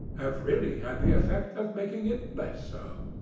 have really had the effect of making it less so.